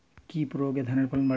কি প্রয়গে ধানের ফলন বাড়বে?